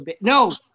No